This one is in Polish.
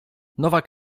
nowak